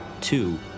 two